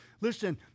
Listen